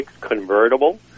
convertible